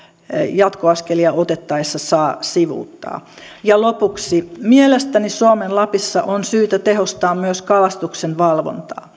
jatkoaskelia otettaessa saa sivuuttaa lopuksi mielestäni suomen lapissa on syytä tehostaa myös kalastuksenvalvontaa olen